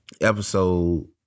episode